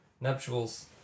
nuptials